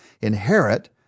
inherit